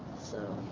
so?